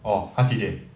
orh 他几点